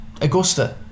Augusta